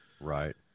Right